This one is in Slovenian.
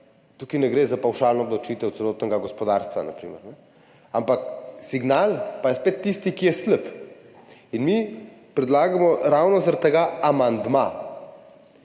tukaj ne gre za pavšalno obdavčitev celotnega gospodarstva, ampak signal pa je spet tisti, ki je slab. In mi predlagamo ravno zaradi tega amandma,